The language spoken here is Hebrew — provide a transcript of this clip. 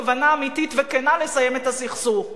כוונה אמיתית וכנה לסיים את הסכסוך.